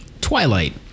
Twilight